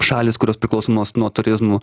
šalys kurios priklausomos nuo turizmo